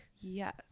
yes